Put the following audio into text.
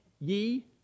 ye